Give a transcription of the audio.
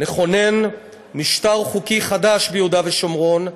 נכונן משטר חוקי חדש ביהודה ושומרון,